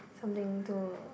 something to